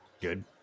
Good